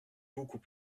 beaucoup